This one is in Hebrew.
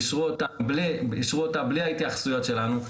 אישרו אותה בלי ההתייחסויות שלנו,